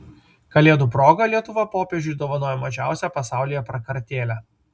kalėdų proga lietuva popiežiui dovanojo mažiausią pasaulyje prakartėlę